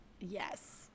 Yes